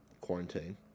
quarantine